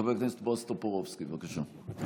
חבר הכנסת בועז טופורובסקי, בבקשה.